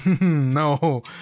no